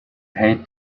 hate